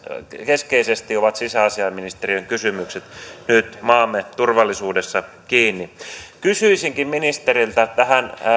keskeisesti ovat sisäasiainministeriön kysymykset nyt maamme turvallisuudessa kiinni kysyisinkin ministeriltä tähän